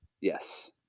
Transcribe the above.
Yes